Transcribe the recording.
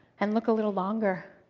and look a little longer,